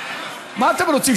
מה אתם רוצים,